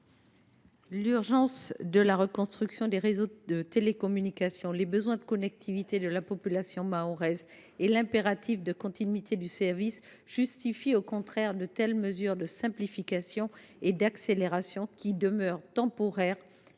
L’urgence de la reconstruction des réseaux de télécommunications, les besoins de connectivité de la population mahoraise et l’impératif de continuité du service justifient, au contraire, de telles mesures de simplification et d’accélération. J’ajoute que ces